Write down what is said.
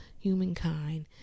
humankind